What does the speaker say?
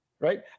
right